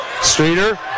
Streeter